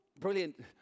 Brilliant